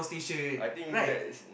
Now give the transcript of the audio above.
I think that is